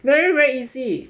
very very easy